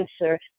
answer